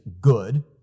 good